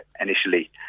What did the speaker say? initially